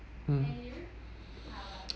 mm